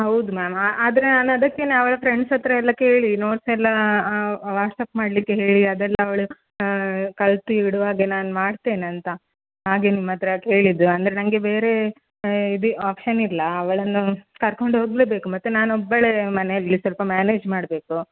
ಹೌದು ಮ್ಯಾಮ್ ಆದರೆ ನಾನು ಅದಕ್ಕೇ ಅವಳ ಫ್ರೆಂಡ್ಸ್ ಹತ್ರ ಎಲ್ಲ ಕೇಳಿ ನೋಡ್ಸೆಲ್ಲ ವಾಟ್ಸ್ಆ್ಯಪ್ ಮಾಡಲಿಕ್ಕೆ ಹೇಳಿ ಅದೆಲ್ಲ ಅವಳು ಕಲಿತು ಇಡುವ್ಹಾಗೆ ನಾನು ಮಾಡ್ತೇನಂತ ಹಾಗೆ ನಿಮ್ಮ ಹತ್ರ ಕೇಳಿದ್ದು ಅಂದರೆ ನನಗೆ ಬೇರೆ ಇದು ಒಪ್ಶನಿಲ್ಲ ಅವಳನ್ನು ಕರ್ಕೊಂಡು ಹೋಗಲೇಬೇಕು ಮತ್ತು ನಾನು ಒಬ್ಬಳೇ ಮನೆಯಲ್ಲಿ ಸ್ವಲ್ಪ ಮ್ಯಾನೇಜ್ ಮಾಡಬೇಕು